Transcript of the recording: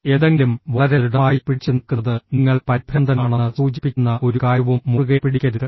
എന്തെങ്കിലും വളരെ ദൃഢമായി പിടിച്ച് നിൽക്കുന്നത് നിങ്ങൾ പരിഭ്രാന്തനാണെന്ന് സൂചിപ്പിക്കുന്ന ഒരു കാര്യവും മുറുകെ പിടിക്കരുത്